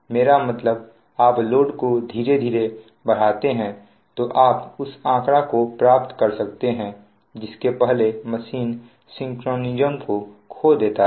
मेरा मतलब आप लोड को धीरे धीरे बढ़ाते हैं तो आप उस आंकड़ा को प्राप्त कर सकते हैं जिसके पहले मशीन सिंक्रोनीजम को खो देता है